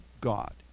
God